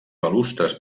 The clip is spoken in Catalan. balustres